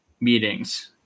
meetings